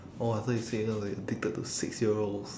oh I thought you said you know like addicted to six-year-olds